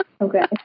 Okay